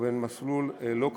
ואם במסלול לא קרבי.